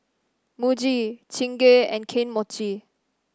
Muji Chingay and Kane Mochi